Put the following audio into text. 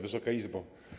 Wysoka Izbo!